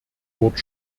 wort